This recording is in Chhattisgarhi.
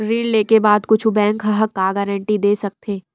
ऋण लेके बाद कुछु बैंक ह का गारेंटी दे सकत हे?